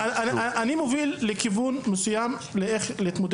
אני מוביל לכיוון מסוים לאופן בו אפשר